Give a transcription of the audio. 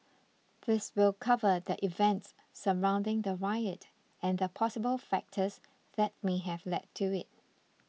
this will cover the events surrounding the riot and the possible factors that may have led to it